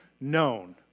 known